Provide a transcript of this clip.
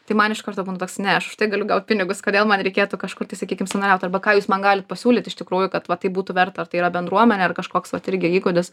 tai man iš karto būna toks ne aš už tai galiu gaut pinigus kodėl man reikėtų kažkur tai sakykim savanoriaut arba ką jūs man galit pasiūlyt iš tikrųjų kad va tai būtų verta ar tai yra bendruomenė ar kažkoks vat irgi įgūdis